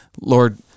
lord